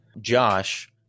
Josh